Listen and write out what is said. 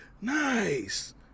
nice